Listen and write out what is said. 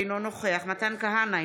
אינו נוכח מתן כהנא,